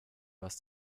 was